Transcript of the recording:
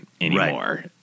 anymore